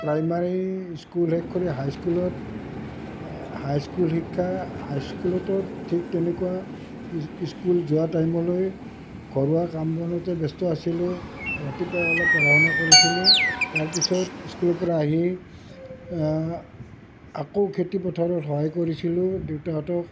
primary school শেষ কৰি হাইস্কুলত হাইস্কুল শিক্ষা হাইস্কুলতো ঠিক তেনেকুৱা স্কুল যোৱা টাইমলৈ ঘৰুৱা কাম বনতে ব্যস্ত আছিলোঁ ৰাতিপুৱাই অলপ পঢ়া শুনা কৰিছিলোঁ তাৰপিছত স্কুলৰ পৰা আহি আকৌ খেতি পথাৰত সহায় কৰিছিলোঁ দেউতাহঁতক